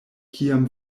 kiam